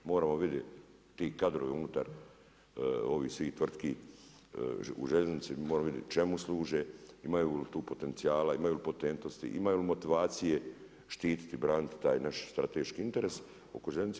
Moramo vidjeti ti kadrovi unutar svih ovih tvrtki u željeznici moramo vidjeti čemu služe, imaju li tu potencijala, imaju li potentnosti, imaju li motivacije štititi, braniti taj naš strateški interes oko željeznice.